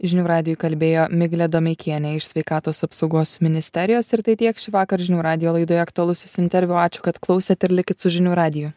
žinių radijui kalbėjo miglė domeikienė iš sveikatos apsaugos ministerijos ir tai tiek šįvakar žinių radijo laidoje aktualusis interviu ačiū kad klausėt ir likit su žinių radiju